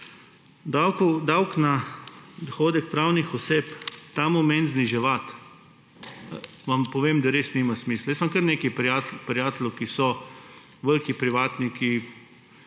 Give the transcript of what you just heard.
Davek na dohodek pravnih oseb ta trenutek zniževati vam povem, da res nima smisla. Jaz imam kar nekaj prijateljev, ki so veliki privatniki,